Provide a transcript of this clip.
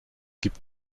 gibt